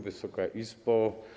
Wysoka Izbo!